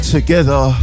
Together